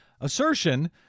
assertion